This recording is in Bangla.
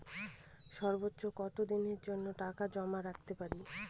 সর্বোচ্চ কত দিনের জন্য টাকা জমা রাখতে পারি?